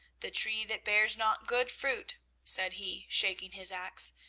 the tree that bears not good fruit said he, shaking his axe,